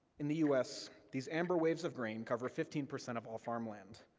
in the u s, these amber waves of grain cover fifteen percent of all farmland,